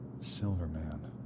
Silverman